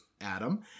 Adam